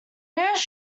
nearest